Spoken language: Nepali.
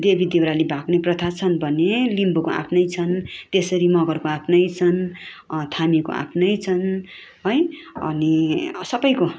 देवी देउराली भाक्ने प्रथा छन् भने लिम्बूको आफ्नै छन् त्यसरी मगरको आफ्नै छन् थामीको आफ्नै छन् है अनि सबैको